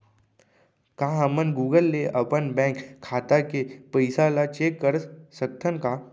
का हमन गूगल ले अपन बैंक खाता के पइसा ला चेक कर सकथन का?